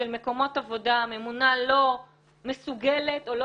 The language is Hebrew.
של מקומות עבודה שבהם הממונה לא מסוגלת או לא